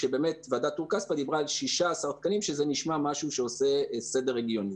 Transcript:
כשוועדת טור-כספא דיברה על 16 תקנים שזה נשמע משהו שעושה סדר הגיוני.